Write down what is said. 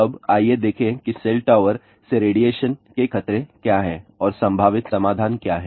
अब आइए देखें कि सेल टॉवर से रेडिएशन के खतरे क्या हैं और संभावित समाधान क्या हैं